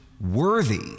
worthy